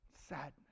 sadness